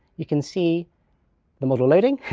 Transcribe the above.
you can see the model loading,